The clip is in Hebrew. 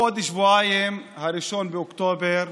בעוד שבועיים, 1 באוקטובר,